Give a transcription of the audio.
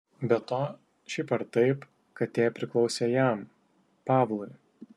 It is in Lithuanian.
be to šiaip ar taip katė priklausė jam pavlui